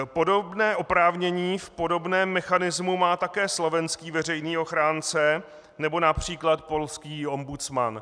Podobné oprávnění v podobném mechanismu má také slovenský veřejný ochránce nebo např. polský ombudsman.